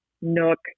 Nook